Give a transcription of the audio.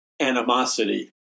animosity